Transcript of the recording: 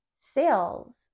sales